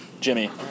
Jimmy